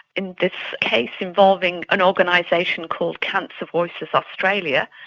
in this case involving an organisation called cancer voices australia.